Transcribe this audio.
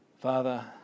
Father